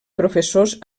professors